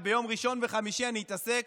וביום ראשון וחמישי אני אתעסק